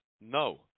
no